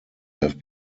have